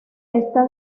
esta